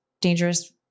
dangerous